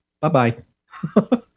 Bye-bye